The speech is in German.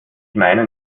meine